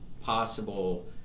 possible